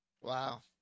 wow